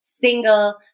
single